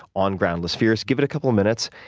on groundless fears, give it a couple of minutes.